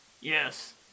Yes